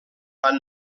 fan